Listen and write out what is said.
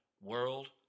World